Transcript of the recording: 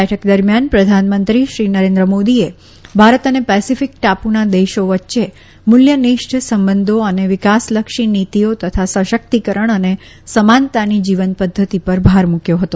બેઠક દરમિયાન પ્રધાનમંત્રી શ્રી નરેન્દ્ર મોદીએ ભારત અને પેસેફીક ટાપુના દેશો વચ્ચે મુલ્ય નિષ્ઠ સંબંધો અને વિકાસલક્ષી નીતીઓ તથા સશકિતકરણ અને સમાનતાની જીવન પધ્ધતિ પર ભાર મુકથો હતો